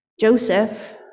Joseph